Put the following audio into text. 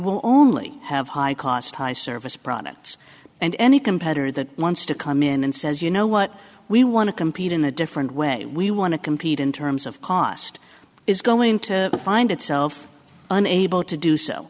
will only have high cost high service products and any competitor that wants to come in and says you know what we want to compete in a different way we want to compete in terms of cost is going to find itself unable to do so